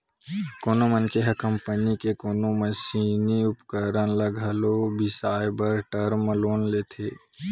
कोनो मनखे ह कंपनी के कोनो मसीनी उपकरन ल घलो बिसाए बर टर्म लोन लेथे